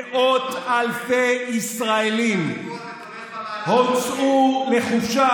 מאות אלפי ישראלים הוצאו לחופשה,